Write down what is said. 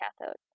cathode